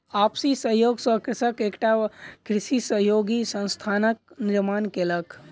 आपसी सहयोग सॅ कृषक एकटा कृषि सहयोगी संस्थानक निर्माण कयलक